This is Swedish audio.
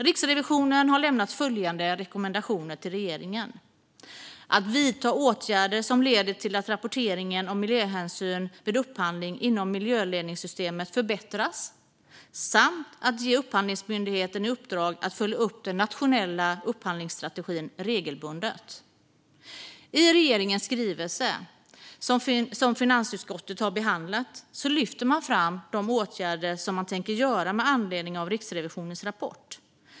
Riksrevisionen har rekommenderat regeringen att vidta åtgärder som leder till att rapporteringen om miljöhänsyn vid upphandling inom miljöledningssystemet förbättras och att ge Upphandlingsmyndigheten i uppdrag att följa upp den nationella upphandlingsstrategin regelbundet. I regeringens skrivelse, som finansutskottet har behandlat, lyfter man fram de åtgärder man tänker vidta med anledning av Riksrevisionens rapport.